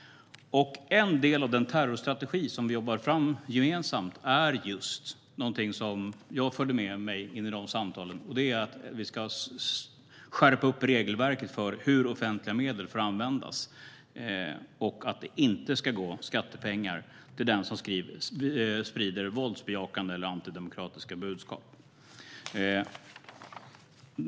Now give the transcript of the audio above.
En del av den terrorstrategi som vi jobbade fram gemensamt är just någonting som jag förde med mig in i de samtalen. Det handlar om att vi ska skärpa regelverket för hur offentliga medel får användas och att det inte ska gå skattepengar till den som sprider våldsbejakande eller antidemokratiska budskap.